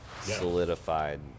solidified